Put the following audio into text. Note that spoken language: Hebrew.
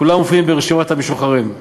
כולם מופיעים ברשימת המשוחררים.